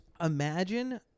imagine